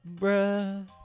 bruh